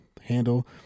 handle